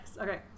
Okay